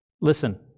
Listen